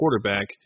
quarterback –